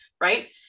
right